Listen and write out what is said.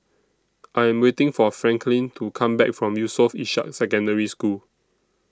I Am waiting For Franklyn to Come Back from Yusof Ishak Secondary School